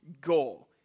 goal